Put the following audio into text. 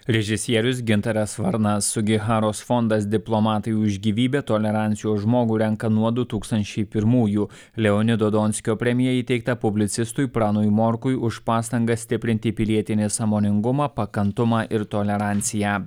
režisierius gintaras varnas sugiharos fondas diplomatai už gyvybę tolerancijos žmogų renka nuo du tūkstančiai pirmųjų leonido donskio premija įteikta publicistui pranui morkui už pastangas stiprinti pilietinį sąmoningumą pakantumą ir toleranciją